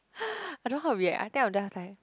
I don't know how to react I think I'll just like